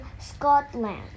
Scotland